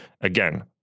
again